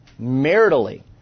maritally